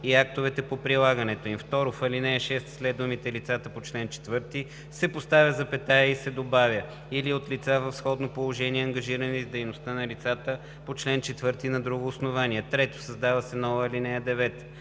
и актовете по прилагането им.“ 2. В ал. 6 след думите „лицата по чл. 4“ се поставя запетая и се добавя „или от лица в сходно положение, ангажирани с дейността на лицата по чл. 4 на друго основание“. 3. Създава се нова ал. 9: